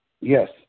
Yes